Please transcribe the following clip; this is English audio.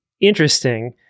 interesting